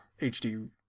hd